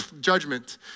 judgment